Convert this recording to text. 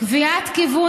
קביעת כיוון